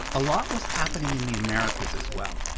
a lot was happening in the americas as well.